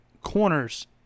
corners